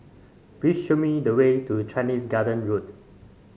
please show me the way to Chinese Garden Road